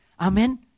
Amen